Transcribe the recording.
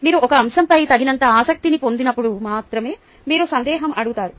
మీరు ఒక అంశంపై తగినంత ఆసక్తిని పొందినప్పుడు మాత్రమే మీరు సందేహం అడుగుతారు